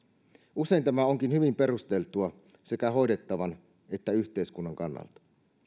usein tämä onkin hyvin perusteltua sekä hoidettavan että yhteiskunnan kannalta